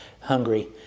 hungry